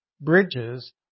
bridges